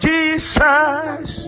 Jesus